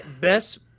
best